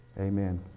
Amen